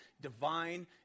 divine